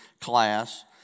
class